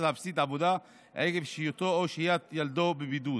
להפסיד עבודה עקב שהייתו או שהיית ילדו בבידוד.